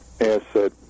asset